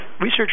Research